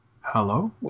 Hello